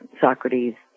Socrates